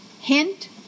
Hint